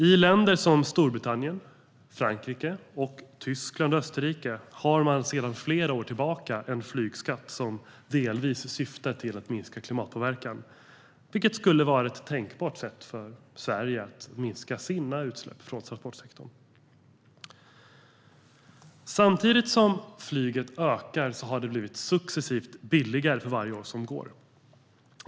I länder som Storbritannien, Frankrike, Tyskland och Österrike finns sedan flera år tillbaka en flygskatt som delvis syftar till att minska klimatpåverkan, vilket skulle vara ett tänkbart sätt för Sverige att minska sina utsläpp från transportsektorn. Samtidigt som flyget ökar har det blivit successivt billigare för varje år som går.